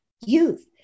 youth